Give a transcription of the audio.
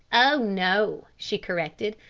oh no, she corrected.